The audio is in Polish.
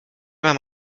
mam